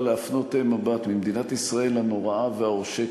להפנות מבט ממדינת ישראל הנוראה והעושקת,